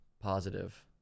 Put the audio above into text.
positive